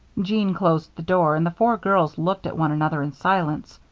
jean closed the door and the four girls looked at one another in silence.